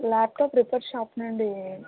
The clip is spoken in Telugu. ల్యాప్టాప్ రిపేర్ షాప్ నుండి